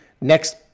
Next